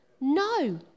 No